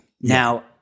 Now